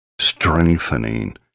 strengthening